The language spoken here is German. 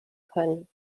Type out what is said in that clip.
können